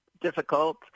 difficult